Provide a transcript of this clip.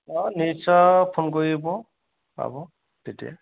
অঁ নিশ্চয় ফোন কৰিব পাব তেতিয়া